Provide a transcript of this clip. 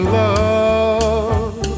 love